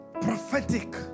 Prophetic